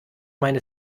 meine